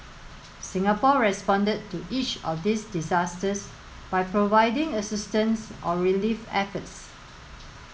Singapore responded to each of these disasters by providing assistance or relief efforts